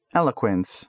eloquence